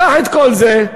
קח את כל זה,